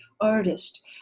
artist